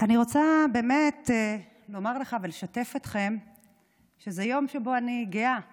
אני רוצה באמת לומר לך ולשתף אתכם שזה יום שאני גאה בו.